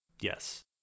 Yes